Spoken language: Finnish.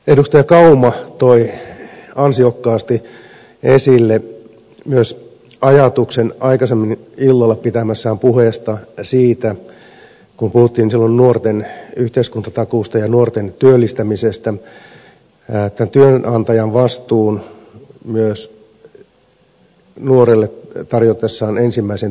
edustaja kauma toi ansiokkaasti esille myös ajatuksen aikaisemmin illalla pitämässään puheessa siitä kun puhuttiin silloin nuorten yhteiskuntatakuusta ja nuorten työllistämisestä että myös työnantaja ottaa vastuun tarjotessaan nuorelle ensimmäisen työpaikan